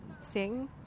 sing